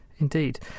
Indeed